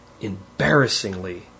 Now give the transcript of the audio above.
embarrassingly